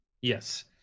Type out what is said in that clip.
Yes